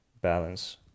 balance